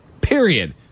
Period